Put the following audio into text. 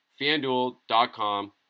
Fanduel.com